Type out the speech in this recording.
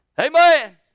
Amen